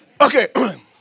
Okay